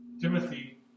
Timothy